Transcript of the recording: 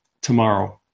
tomorrow